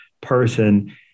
person